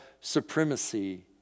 supremacy